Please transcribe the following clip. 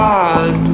God